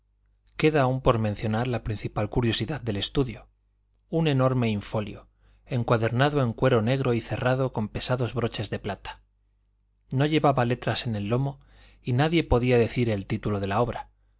queda aún por mencionar la principal curiosidad del estudio un enorme infolio encuadernado en cuero negro y cerrado con pesados broches de plata no llevaba letras en el lomo y nadie podía decir el título de la obra